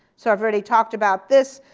so i've already talked about this.